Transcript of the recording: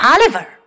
Oliver